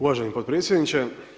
Uvaženi potpredsjedniče.